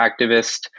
activist